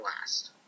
last